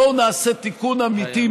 בואו נעשה תיקון אמיתי,